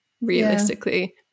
realistically